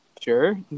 Sure